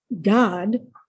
God